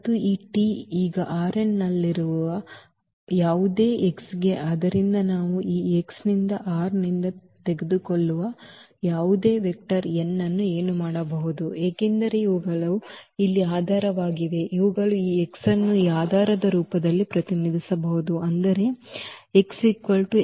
ಮತ್ತು ಈ T ಈಗ ನಲ್ಲಿರುವ ಯಾವುದೇ x ಗೆ ಆದ್ದರಿಂದ ನಾವು ಈ x ನಿಂದ R ನಿಂದ ತೆಗೆದುಕೊಳ್ಳುವ ಯಾವುದೇ ವೆಕ್ಟರ್ n ನಾವು ಏನು ಮಾಡಬಹುದು ಏಕೆಂದರೆ ಇವುಗಳು ಇಲ್ಲಿ ಆಧಾರವಾಗಿವೆ ಇವುಗಳು ಈ x ಅನ್ನು ಈ ಆಧಾರದ ರೂಪದಲ್ಲಿ ಪ್ರತಿನಿಧಿಸಬಹುದು ಅಂದರೆ ಈ this